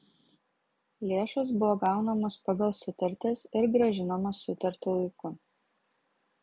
lėšos buvo gaunamos pagal sutartis ir grąžinamos sutartu laiku